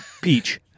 Peach